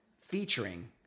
featuring